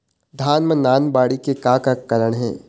धान म नान बाली के का कारण हे?